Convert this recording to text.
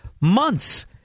months